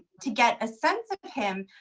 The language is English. to get a sense of him?